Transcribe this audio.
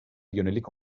yönelik